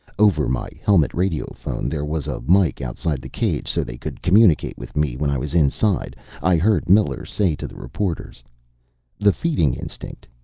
over my helmet radiophone there was a mike outside the cage, so they could communicate with me when i was inside i heard miller say to the reporters the feeding instinct.